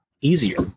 easier